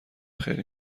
خیلی